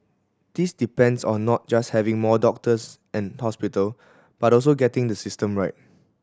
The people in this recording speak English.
this depends on not just having more doctors and hospital but also getting the system right